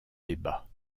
débat